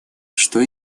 что